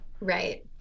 right